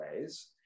ways